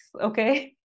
okay